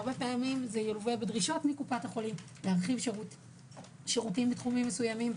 הרבה פעמים זה ילווה בדרישות מקופות החולים להרחיב שירותים מסוימים.